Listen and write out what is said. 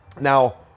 Now